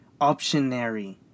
optionary